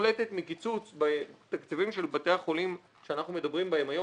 מוחלטת מקיצוץ בתקציבים של בתי החולים שאנחנו מדברים בהם היום,